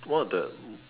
one of the